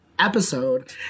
episode